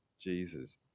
Jesus